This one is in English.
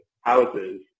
houses